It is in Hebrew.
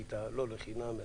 זכית לא לחינם.